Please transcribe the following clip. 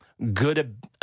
good